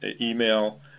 email